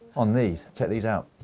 on these. check these out.